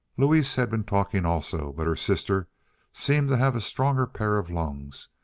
louise had been talking also, but her sister seemed to have a stronger pair of lungs,